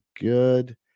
good